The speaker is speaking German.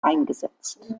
eingesetzt